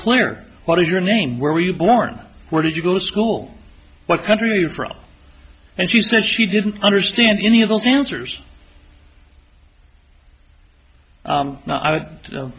clear what is your name where were you born where did you go to school what country are you from and she said she didn't understand any of those answers